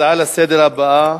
הנושא הבא: